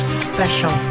special